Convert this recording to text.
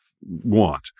want